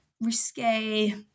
risque